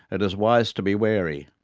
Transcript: it is wise to be wary.